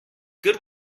good